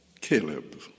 Caleb